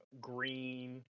green